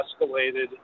escalated